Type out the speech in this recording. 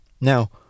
Now